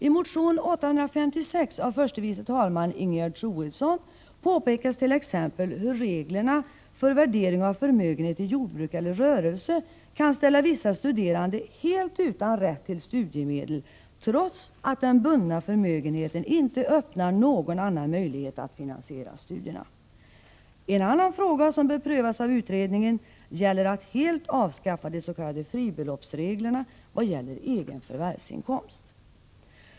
I motion 856 av förste vice talman Ingegerd Troedsson påpekas t.ex. hur reglerna för värdering av förmögenhet i jordbruk eller rörelse kan ställa vissa studerande helt utan rätt till studiemedel trots att den bundna förmögenheten inte öppnar någon annan möjlighet att finansiera studierna. En annan fråga, som bör prövas av utredningen, är om man kan helt avskaffa de s.k. fribeloppsreglerna vad gäller egen förvärvsinkomst.